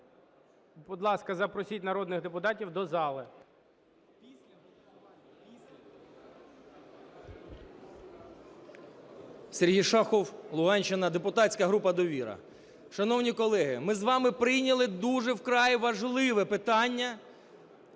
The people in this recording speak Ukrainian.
Будь ласка, запросіть народних депутатів до зали. 11:35:38 ШАХОВ С.В. Сергій Шахов, Луганщина, депутатська група "Довіра". Шановні колеги, ми з вами прийняли дуже вкрай важливе питання